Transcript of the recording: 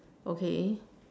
okay